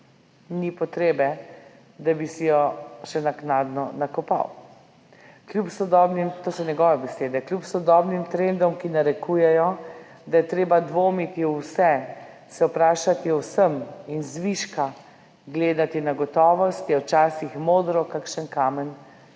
ni potrebe, da bi si jo še naknadno nakopal, to so njegove besede, kljub sodobnim trendom, ki narekujejo, da je treba dvomiti v vse, se vprašati o vsem in z viška gledati na gotovost, je včasih modro kakšen kamen